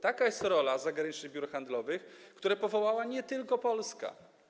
Taka jest rola zagranicznych biur handlowych, które powołała nie tylko Polska.